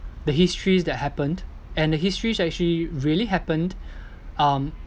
the histories that happened and the histories actually really happened um